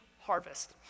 harvest